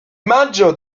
maggio